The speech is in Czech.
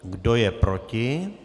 Kdo je proti?